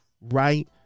right